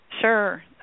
Sure